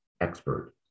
expert